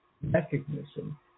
mechanism